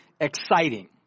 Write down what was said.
exciting